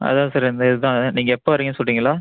அதுதான் சார் இந்த இதுதான் நீங்கள் எப்போ வரீங்கன்னு சொல்கிறீங்களா